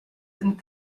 and